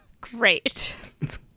Great